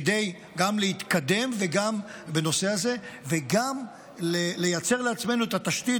גם כדי להתקדם בנושא הזה וגם לייצר לעצמנו את התשתית,